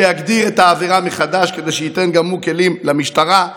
שיגדיר את העבירה מחדש כדי שייתן גם הוא כלים למשטרה,